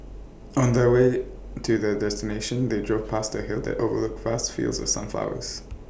on the way to their destination they drove past A hill that overlooked vast fields of sunflowers